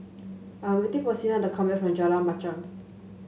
I'm waiting for Sina to come back from Jalan Machang